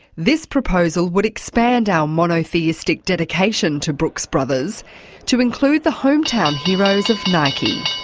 this proposal would expand out monotheistic dedication to brooks brothers to include the hometown heroes of nike.